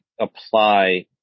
apply